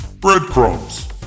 Breadcrumbs